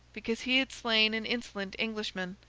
because he had slain an insolent englishman.